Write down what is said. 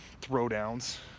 throwdowns